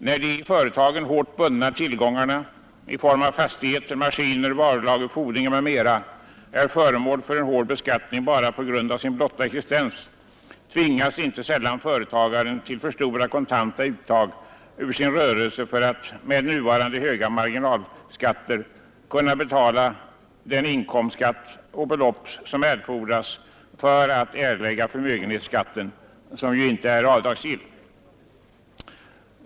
När de i företagen hårt bundna tillgångarna i form av fastigheter, maskiner, varulager, fordringar m.m. är föremål för en hård beskattning bara på grund av sin blotta existens tvingas inte sällan företagaren till för stora kontanta uttag ur sin rörelse för att med de nuvarande höga marginalskatterna kunna betala den inkomstskatt och det belopp som erfordras för att erlägga förmögenhetsskatten. Denna är ju inte avdragsgill.